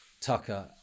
Tucker